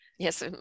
Yes